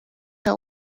her